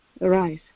Arise